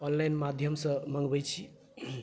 online माध्यम सॅं मँगबै छी